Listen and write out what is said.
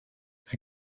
herr